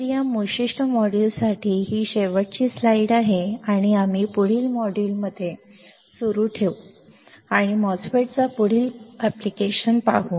तर या विशिष्ट मॉड्यूलसाठी ही शेवटची स्लाइड आहे आणि आम्ही पुढील मॉड्यूलमध्ये सुरू ठेवू आणि MOSFET चा पुढील अनुप्रयोग पाहू